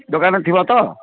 ଦୋକାନରେ ଥିବ ତ